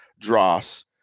Dross